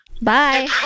Bye